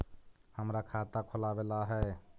हमरा खाता खोलाबे ला है?